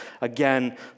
again